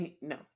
No